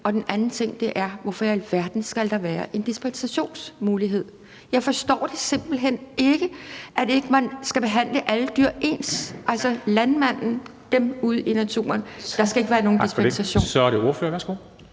Den anden ting er: Hvorfor i alverden skal der være en dispensationsmulighed? Jeg forstår simpelt hen ikke, at man ikke skal behandle alle dyr ens – altså landmandens og dem ude i naturen. Der skal ikke være nogen dispensation. Kl. 11:26 Formanden (Henrik